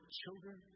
children